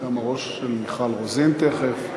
גם הראש של מיכל רוזין תכף.